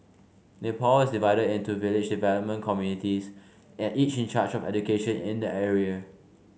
Nepal is divided into village development committees at each in charge of education in the area